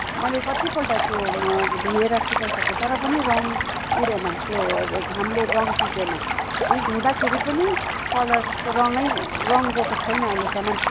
मैले कतिपल्ट त्यो धोएर सुकाइसके तरपनि रङ्ग उडेन त्यो घमले रङ्ग टिपेन अनि धुँदाखेरि पनि कलर त्यसको रङ्गै रङ्ग गएको छैन अहिलेसम्म